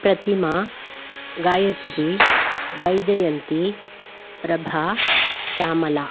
प्रतिमा गायत्री वैजयन्ती प्रभा श्यामला